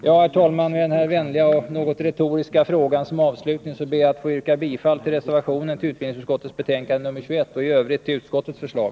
Ja, herr talman, med denna vänliga och retoriska fråga som avslutning ber jag att få yrka bifall till reservationen till utbildningsutskottets betänkande 21 och i övrigt till utskottets förslag.